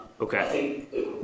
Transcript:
Okay